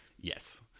Yes